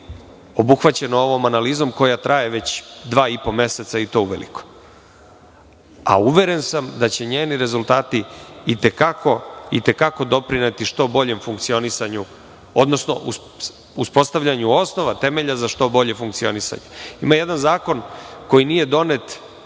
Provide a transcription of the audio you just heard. obuhvaćeno ovom analizom koja već traje dva i po meseca i to uveliko. Uveren sam da će njeni rezultati i te kako doprineti što boljem funkcionisanju, odnosno uspostavljanju osnovnog temelja za što bolje funkcionisanje. Ima jedan zakon koji nije donet,